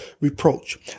reproach